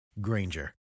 Granger